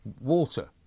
water